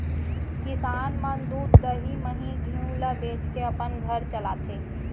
किसान मन दूद, दही, मही, घींव ल बेचके अपन घर चलाथें